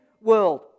world